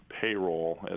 payroll